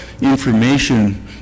information